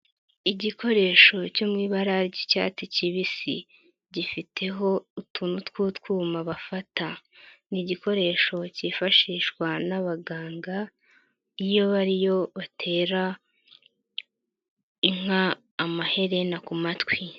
Igikoresho cyo mu ibara ry'icyatsi kibisi, gifiteho utuntu tw'utwuyuma bafata. Ni igikoresho cyifashishwa n'abaganga iyo bariho batera inka amaherena ku matwi.